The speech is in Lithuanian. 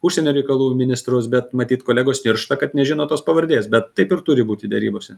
užsienio reikalų ministrus bet matyt kolegos niršta kad nežino tos pavardės bet taip ir turi būti derybose